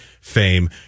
fame